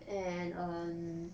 and um